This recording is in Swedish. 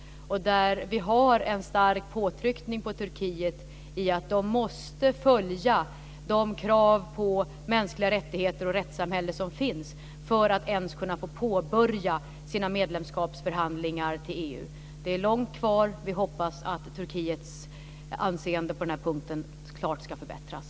Vi har en stark påtryckning på Turkiet när det gäller att landet måste följa de krav på mänskliga rättigheter och rättssamhälle som finns för att ens kunna få påbörja sina medlemskapsförhandlingar med EU. Det är långt kvar, och vi hoppas att Turkiets anseende på den här punkten klart ska förbättras.